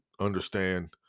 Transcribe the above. understand